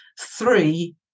three